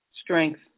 Strength